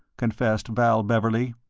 confessed val beverley.